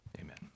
amen